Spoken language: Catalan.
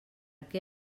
què